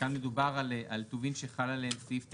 כאן מדובר על טובין שחל עליהם סעיף 9(א)(5)